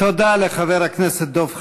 תודה לחבר הכנסת דב חנין.